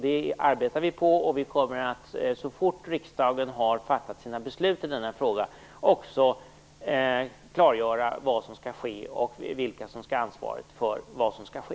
Det arbetar vi på, och vi kommer att så fort riksdagen har fattat sina beslut i denna fråga också klargöra vad som skall ske och vilka som skall ha ansvaret för vad som skall ske.